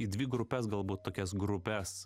į dvi grupes galbūt tokias grupes